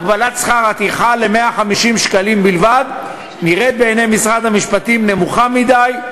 הגבלת שכר הטרחה ל-150 שקלים בלבד נראית בעיני משרד המשפטים קשה מדי.